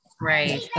right